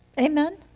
amen